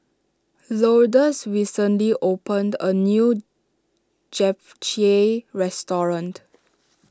Lourdes recently opened a new Japchae restaurant